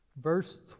verse